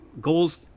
goals